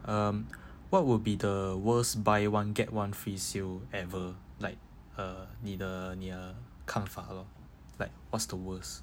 um what would be the worst buy one get one free deals ever like uh 你的你的看法 lor like what's the worst